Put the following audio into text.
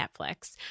Netflix